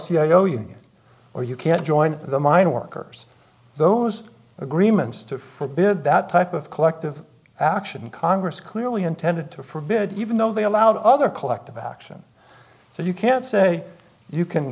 union or you can't join the mineworkers those agreements to for bid that type of collective action congress clearly intended to forbid even though they allowed other collective action so you can't say you can